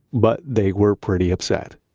but they were pretty upset.